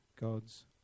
God's